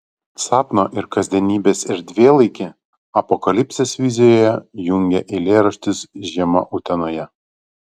sapno ir kasdienybės erdvėlaikį apokalipsės vizijoje jungia eilėraštis žiema utenoje